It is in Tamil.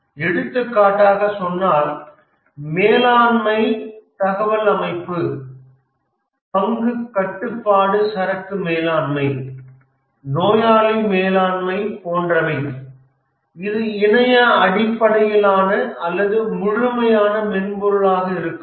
எடுத்துக்காட்டாக சொன்னால் மேலாண்மை தகவல் அமைப்பு பங்கு கட்டுப்பாட்டு சரக்கு மேலாண்மை நோயாளி மேலாண்மை போன்றவை இது இணைய அடிப்படையிலான அல்லது முழுமையான மென்பொருளாக இருக்கலாம்